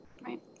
right